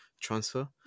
transfer